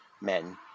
men